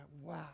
wow